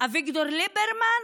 אביגדור ליברמן